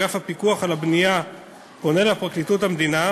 אגף הפיקוח על הבנייה פונה לפרקליטות המדינה